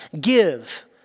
give